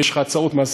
אם יש לך הצעות מעשיות,